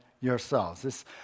yourselves